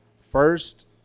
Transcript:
first